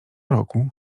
roku